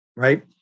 Right